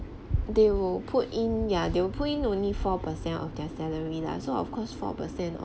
they will put in ya they will put in only four percent of their salary lah so of course four per cent